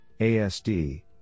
ASD